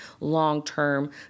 long-term